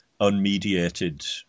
unmediated